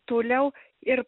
toliau ir